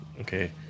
okay